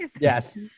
Yes